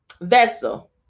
vessel